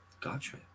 Gotcha